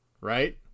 right